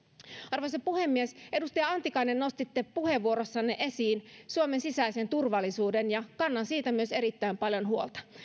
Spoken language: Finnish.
arvoisa puhemies edustaja antikainen nostitte puheenvuorossanne esiin suomen sisäisen turvallisuuden ja myös kannan siitä erittäin paljon huolta